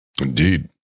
Indeed